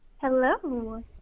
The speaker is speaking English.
Hello